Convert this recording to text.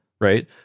right